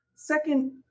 Second